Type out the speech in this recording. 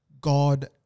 God